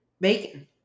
bacon